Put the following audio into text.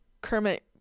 Kermit